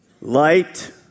Light